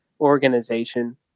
organization